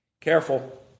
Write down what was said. Careful